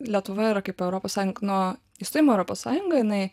lietuvoje yra kaip europos sąjungoj nuo įstojimo į europos sąjungą jinai